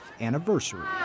anniversary